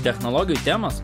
technologijų temos